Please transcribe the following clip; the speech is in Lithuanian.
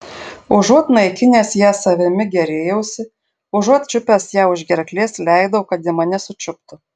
užuot naikinęs ją savimi gėrėjausi užuot čiupęs ją už gerklės leidau kad ji mane sučiuptų